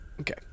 okay